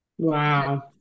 Wow